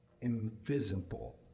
invisible